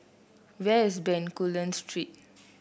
where is Bencoolen Street